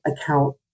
account